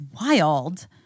wild